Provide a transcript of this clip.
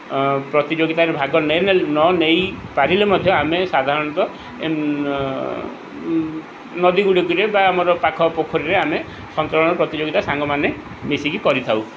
ପ୍ରତିଯୋଗିତାରେ ଭାଗ ନ ନେଇପାରିଲେ ମଧ୍ୟ ଆମେ ସାଧାରଣତଃ ନଦୀଗୁଡ଼ିକରେ ବା ଆମର ପାଖ ପୋଖରୀରେ ଆମେ ସନ୍ତରଣ ପ୍ରତିଯୋଗିତା ସାଙ୍ଗମାନେ ମିଶିକି କରିଥାଉ